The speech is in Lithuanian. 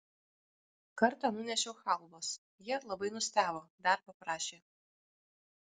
kartą nunešiau chalvos jie labai nustebo dar paprašė